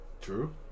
True